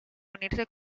unirse